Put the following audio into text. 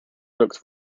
looked